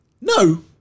No